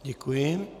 Děkuji.